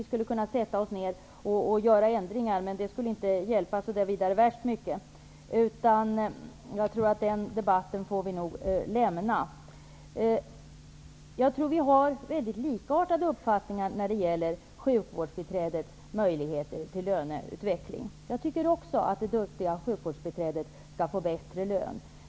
Vi skulle säkert kunna sätta oss ner och göra ändringar, men det skulle inte hjälpa så mycket. Vi får nog lämna den debatten. Jag tror att vi har mycket likartade uppfattningar när det gäller sjukvårdsbiträdenas möjligheter till löneutveckling. Det duktiga sjukvårdsbiträdet borde få högre lön.